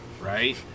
right